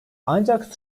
ancak